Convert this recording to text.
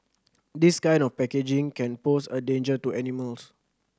this kind of packaging can pose a danger to animals